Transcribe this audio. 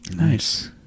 Nice